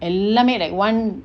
எல்லாமே:ellame like one